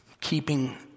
keeping